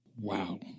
Wow